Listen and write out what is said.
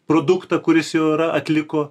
produktą kuris jau yra atliko